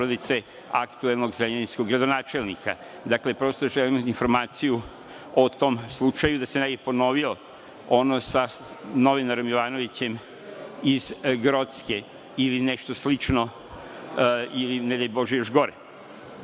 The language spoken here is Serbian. porodice aktuelnog zrenjaninskog gradonačelnika? Dakle, prosto želim informaciju o tom slučaju, da se ne bi ponovio ono sa novinarem Ivanovićem iz Grocke, ili nešto slično, ili ne daj Bože još gore. Moje